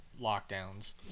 lockdowns